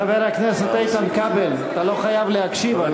חבר הכנסת איתן כבל, אתה לא חייב להקשיב, אבל,